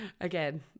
again